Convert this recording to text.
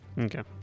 Okay